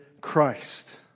Christ